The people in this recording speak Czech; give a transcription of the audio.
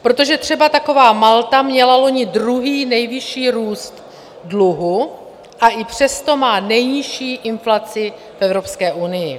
Protože třeba taková Malta měla loni druhý nejvyšší růst dluhu, a i přesto má nejnižší inflaci v Evropské unii.